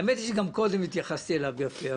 האמת שגם קודם התייחסתי אליו יפה.